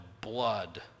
blood